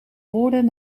woorden